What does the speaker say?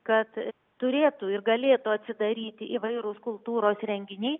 kad turėtų ir galėtų atsidaryti įvairūs kultūros renginiai